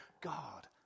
God